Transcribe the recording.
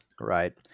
right